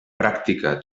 pràctica